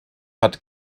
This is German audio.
hat